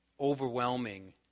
overwhelming